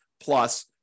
plus